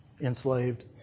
enslaved